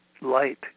light